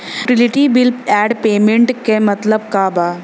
Utility bills and payments क मतलब का बा?